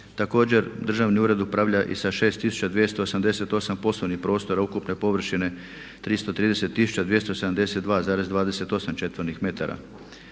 Također, Državni ured upravlja i sa 6288 poslovnih prostora ukupne površine 330272,28 četvornih